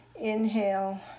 inhale